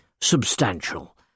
substantial